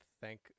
Thank